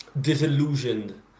disillusioned